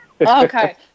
Okay